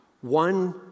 one